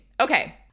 Okay